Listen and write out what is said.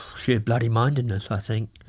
sheer bloody mindedness i think.